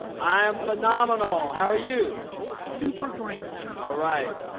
i am phenomenal, how are you? super great! alright.